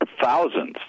thousands